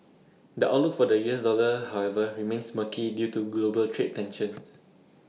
the outlook for the U S dollar however remains murky due to global trade tensions